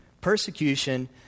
persecution